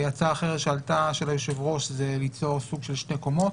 הצעה אחרת שעלתה של היושב ראש היא ליצור סוג של שתי קומות,